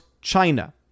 China